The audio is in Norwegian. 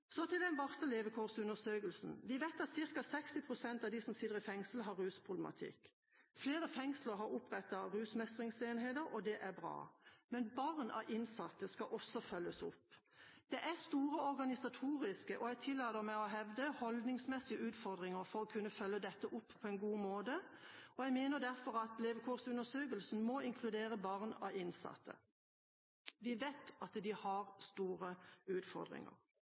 Så til den varslede levekårsundersøkelsen. Vi vet at ca. 60 pst. av de som sitter i fengsel, har rusproblematikk. Flere fengsler har opprettet rusmestringsenheter, og det er bra. Men barn av innsatte skal også følges opp. Det er store organisatoriske og – jeg tillater meg å hevde – holdningsmessige utfordringer for å kunne følge dette opp på en god måte. Jeg mener derfor at levekårsundersøkelsen må inkludere barn av innsatte. Vi vet at de har store utfordringer.